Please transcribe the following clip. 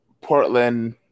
Portland